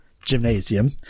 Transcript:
Gymnasium